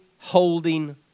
holding